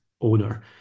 owner